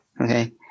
okay